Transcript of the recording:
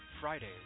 Fridays